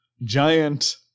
Giant